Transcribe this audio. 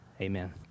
Amen